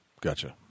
Gotcha